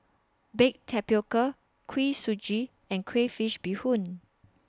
Baked Tapioca Kuih Suji and Crayfish Beehoon